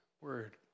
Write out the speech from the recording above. word